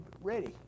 ready